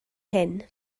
hyn